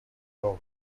dog